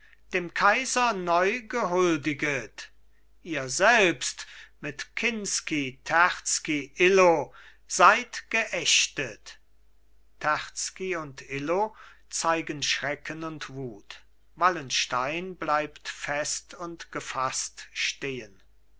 dem kaiser neu gehuldiget ihr selbst mit kinsky terzky illo seid geächtet terzky und illo zeigen schrecken und wut wallenstein bleibt fest und gefaßt stehen